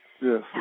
Yes